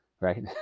right